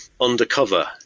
undercover